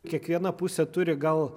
kiekviena pusė turi gal